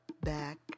Back